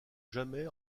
jamais